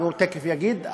הוא תכף יגיד,